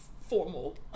formal